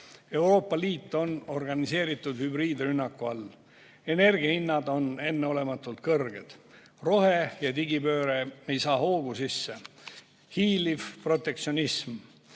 Euroopa Liit on organiseeritud hübriidrünnaku all. Energia hinnad on enneolematult kõrged, rohe- ja digipööre ei saa hoogu sisse. Hiiliv protektsionism.